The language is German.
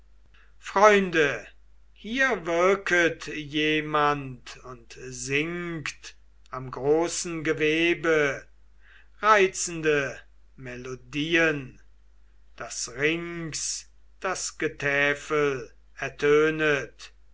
freunde hier wirket jemand und singt am großen gewebe reizende melodieen daß rings das getäfel ertönet